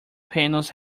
panels